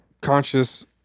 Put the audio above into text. conscious